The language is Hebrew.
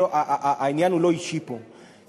העניין הוא לא אישי פה,